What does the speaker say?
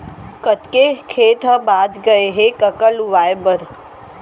कतेक खेत ह बॉंच गय हे कका लुवाए बर?